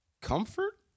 comfort